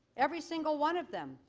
every single one of them.